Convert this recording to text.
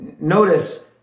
Notice